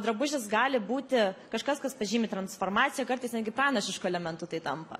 drabužis gali būti kažkas kas pažymi transformaciją kartais netgi pranašišku elementu tai tampa